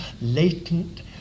latent